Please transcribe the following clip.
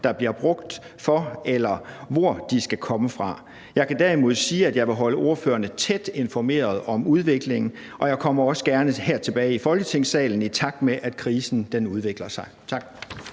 der bliver brugt, eller hvor de skal komme fra. Jeg kan derimod sige, at jeg vil holde ordførerne tæt informeret om udviklingen, og jeg kommer også gerne her tilbage i Folketingssalen, i takt med at krisen udvikler sig. Tak.